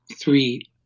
three